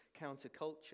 counterculture